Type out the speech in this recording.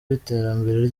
w’iterambere